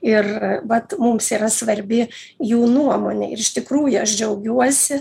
ir vat mums yra svarbi jų nuomonė ir iš tikrųjų aš džiaugiuosi